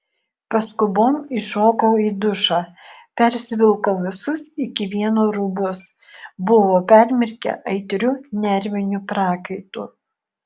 paskubom įšokau į dušą persivilkau visus iki vieno rūbus buvo permirkę aitriu nerviniu prakaitu